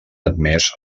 admès